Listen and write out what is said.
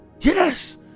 yes